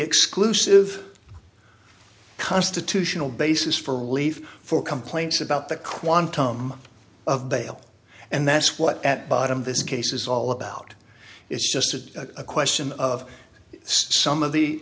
exclusive constitutional basis for relief for complaints about the quantum of bail and that's what at bottom this case is all about is just a question of some of the